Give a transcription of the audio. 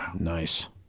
Nice